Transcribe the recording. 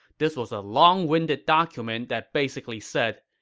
this was a long-winded document that basically said,